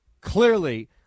clearly